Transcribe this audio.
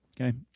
okay